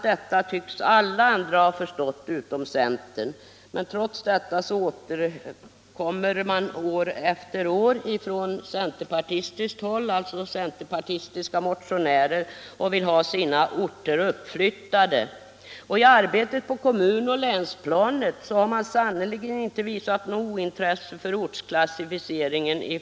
Detta tycks alla ha förstått utom centern. Ändå återkommer centerpartistiska motionärer år efter år och vill ha sina orter uppflyttade. I arbetet på kommun och länsplanet har man på centerpartihåll sannerligen inte visat något ointresse för ortsklassificeringen.